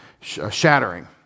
shattering